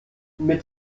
mit